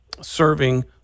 serving